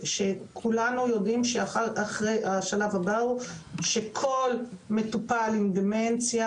כולנו יודעים שהשלב הבא הוא שבני משפחתו של כל מטופל עם דמנציה